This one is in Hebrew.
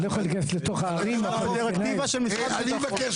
אני בא ואומר